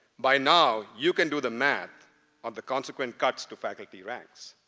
by now, you can do the math of the consequent cuts to faculty ranks.